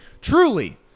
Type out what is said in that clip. Truly